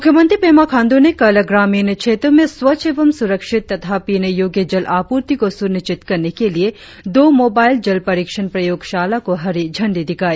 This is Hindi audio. मुख्यमंत्री पेमा खांड्र ने कल ग्रामीण क्षेत्रों में स्वच्छ एवं सुरक्षित तथा पीनेयोग्य जल आपूर्ति को सुनिश्चित करने के लिए दो मोबाईल जल परीक्षण प्रयोगशाला को हरी झंडी दिखाई